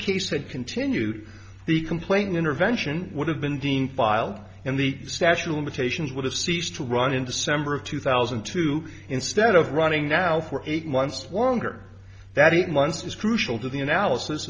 case had continued the complaint intervention would have been deemed filed and the statue limitations would have ceased to run in december of two thousand and two instead of running now for eight months wonder that eight months is crucial to the analysis